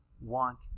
want